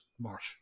Marsh